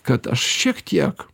kad aš šiek tiek